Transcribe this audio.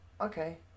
Okay